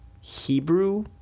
Hebrew